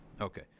Okay